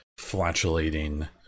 flatulating